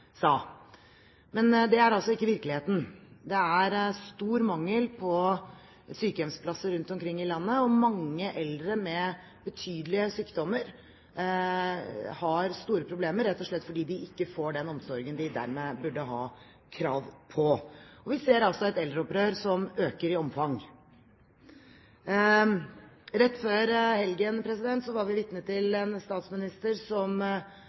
sa. Men det er altså ikke virkeligheten. Det er stor mangel på sykehjemsplasser rundt omkring i landet, og mange eldre med betydelige sykdommer har store problemer rett og slett fordi de ikke får den omsorgen de dermed burde ha krav på. Og vi ser altså et eldreopprør som øker i omfang. Rett før helgen var vi vitne til en statsminister som